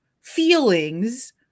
feelings